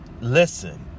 Listen